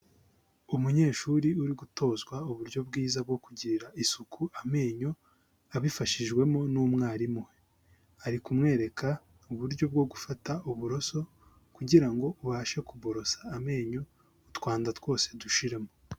Umunyeshuri uri gutozwa uburyo bwiza bwo kugirira isuku amenyo abifashijwemo n'umwarimu, ari kumwereka uburyo bwo gufata uburoso kugira ngo ubashe kuborosa amenyo utwanda twose dushiremo.